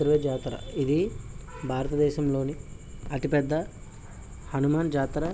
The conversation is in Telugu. అంతర్వేది జాతర ఇది భారతదేశంలోని అతిపెద్ద హనుమాన్ జాతర